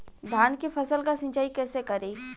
धान के फसल का सिंचाई कैसे करे?